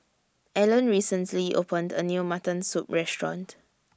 Alan recently opened A New Mutton Soup Restaurant